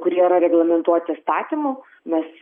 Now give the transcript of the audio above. kurie yra reglamentuoti įstatymu nes